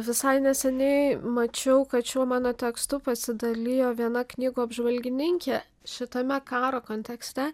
visai neseniai mačiau kad šiuo mano tekstu pasidalijo viena knygų apžvalgininkė šitame karo kontekste